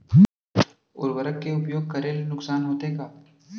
उर्वरक के उपयोग करे ले नुकसान होथे का?